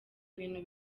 ibintu